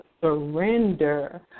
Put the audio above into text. surrender